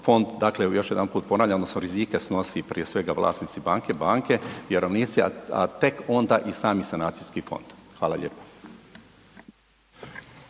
fond dakle evo još jedanput ponavljam, …/nerazumljivo/… snosi prije svega vlasnici banke, banke, vjerovnici, a tek onda i sami sanacijski fondovi. Hvala lijepa.